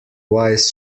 wise